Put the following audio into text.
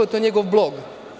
To je njegov blog.